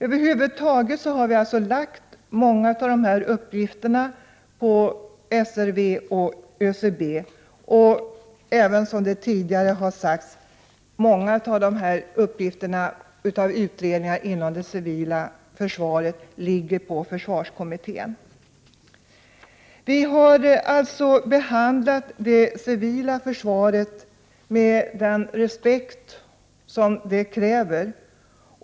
Över huvud taget har vi lagt många av uppgifterna på SRV och ÖCB. Som tidigare har framhållits sköter försvarskommittén många av de utredningar som rör det civila försvaret. Vi har alltså behandlat det civila försvaret med den respekt som det kräver.